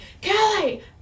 Kelly